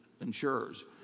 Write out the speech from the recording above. insurers